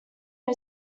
new